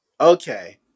Okay